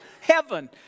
heaven